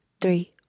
three